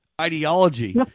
ideology